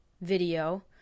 video